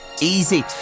easy